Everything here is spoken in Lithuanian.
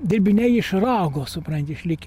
dirbiniai iš rago supranti išlik